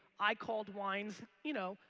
i called wines, you know,